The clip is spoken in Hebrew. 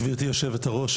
גברתי יושבת-הראש,